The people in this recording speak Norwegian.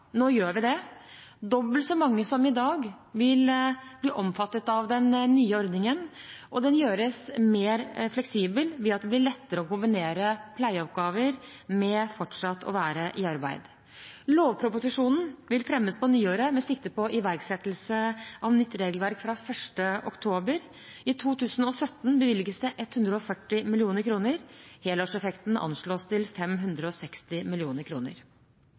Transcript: Nå gjør vi det. Dobbelt så mange som i dag vil bli omfattet av den nye ordningen, og den gjøres mer fleksibel ved at det blir lettere å kombinere pleieoppgaver med fortsatt å være i arbeid. Lovproposisjonen vil fremmes på nyåret med sikte på iverksettelse av nytt regelverk fra 1. oktober. I 2017 bevilges det 140 mill. kr. Helårseffekten anslås til 560